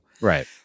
Right